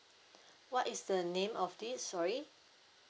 what is the name of this sorry